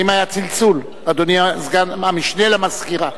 האם היה צלצול, אדוני המשנה למזכירה?